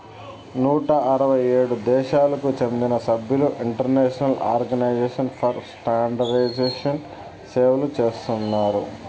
నూట అరవై ఏడు దేశాలకు చెందిన సభ్యులు ఇంటర్నేషనల్ ఆర్గనైజేషన్ ఫర్ స్టాండర్డయిజేషన్ని సేవలు చేస్తున్నారు